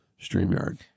StreamYard